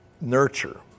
nurture